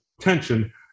tension